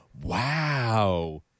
Wow